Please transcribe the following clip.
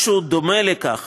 משהו דומה לכך